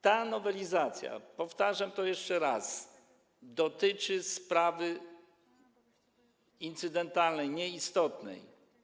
Ta nowelizacja - powtarzam to jeszcze raz - dotyczy sprawy incydentalnej, nieistotnej.